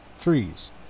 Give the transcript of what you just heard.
trees